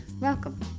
welcome